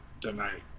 tonight